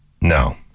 No